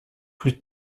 plus